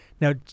Now